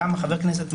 חבר הכנסת,